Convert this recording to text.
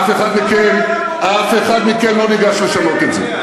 אף אחד מכם לא ניגש לשנות את זה.